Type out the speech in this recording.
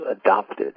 adopted